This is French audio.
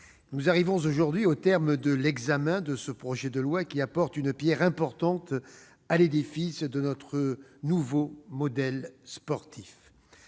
nous arrivons aujourd'hui au terme de l'examen de ce projet de loi, qui apporte une pierre importante à l'édifice de notre nouveau modèle sportif.